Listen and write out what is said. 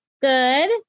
Good